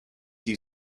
you